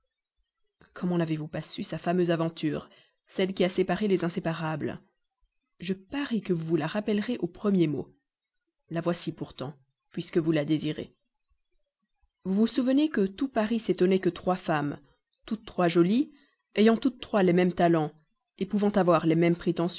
n'avez-vous pas su sa fameuse aventure celle qui a séparé les inséparables je parie que vous vous la rappellerez au premier mot la voici pourtant puisque vous la désirez vous vous souvenez que tout paris s'étonnait que trois femmes toutes trois jolies ayant toutes trois les mêmes talents pouvant avoir les mêmes